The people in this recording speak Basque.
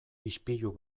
ispilu